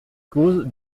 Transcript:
cause